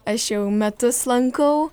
aš jau metus lankau